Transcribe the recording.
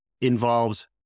involves